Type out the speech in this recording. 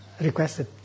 requested